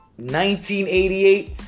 1988